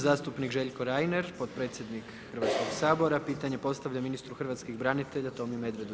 Zastupnik Željko Reiner, potpredsjednik Hrvatskog sabora pitanje postavlja ministru hrvatskih branitelja Tomi Medvedu.